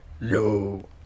No